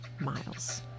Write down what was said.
Miles